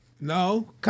No